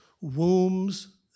wombs